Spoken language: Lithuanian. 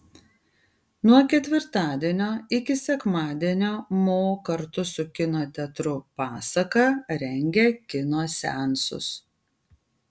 nuo ketvirtadienio iki sekmadienio mo kartu su kino teatru pasaka rengia kino seansus